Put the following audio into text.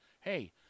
hey